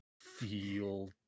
Feel